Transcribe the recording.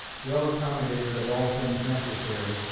well accommodated of all things necessary,